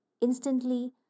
instantly